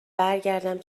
برگردم